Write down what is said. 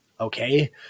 Okay